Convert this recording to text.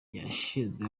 yashinzwe